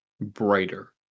brighter